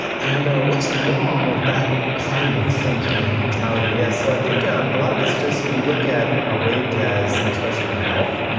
and what's wrong with that kind of thinking? yeah, the mentality, yes. so i think um a lot of it's just we look at our weight as an expression of our health,